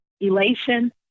Elation